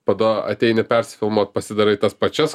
tada ateini persiufilmuot pasidarai tas pačias